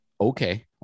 Okay